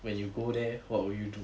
when you go there what would you do